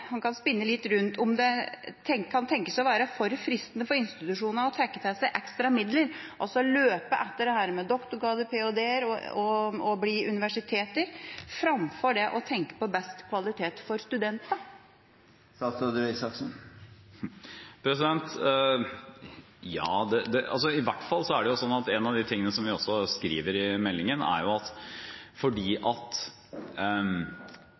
han kan spinne litt rundt om det kan tenkes å være for fristende for institusjonene å trekke til seg ekstra midler, altså løpe etter dette med doktorgrad, ph.d.-er og bli universitet framfor det å tenke på best kvalitet for studentene. I hvert fall er det sånn, som vi bl.a. også skriver i meldingen, at det er